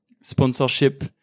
sponsorship